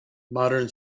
modern